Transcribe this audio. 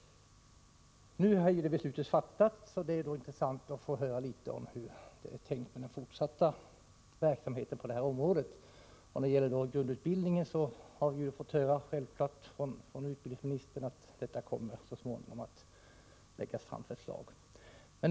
Nu har ju beslutet redan fattats. Det vore intressant att få höra litet grand om hur man har tänkt sig den fortsatta verksamheten på detta område. När det gäller grundutbildningen har vi fått höra från utbildningsministern att det så småningom kommer att läggas fram förslag om den.